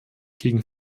gegen